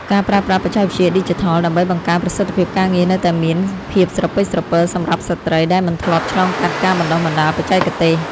ការប្រើប្រាស់បច្ចេកវិទ្យាឌីជីថលដើម្បីបង្កើនប្រសិទ្ធភាពការងារ នៅតែមានភាពស្រពិចស្រពិលសម្រាប់ស្ត្រីដែលមិនធ្លាប់ឆ្លងកាត់ការបណ្ដុះបណ្ដាលបច្ចេកទេស។